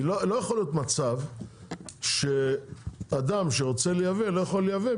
לא יכול להיות מצב שאדם שרוצה לייבא לא יכול לייבא,